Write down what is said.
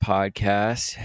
Podcast